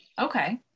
Okay